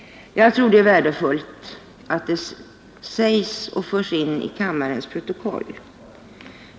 Jag tror det är värdefullt att detta sägs och förs in i kammarens protokoll.